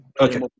okay